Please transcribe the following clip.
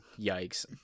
Yikes